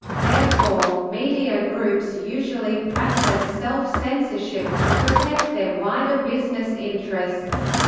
therefore, media groups usually practice self-censorship to protect their wider business interests.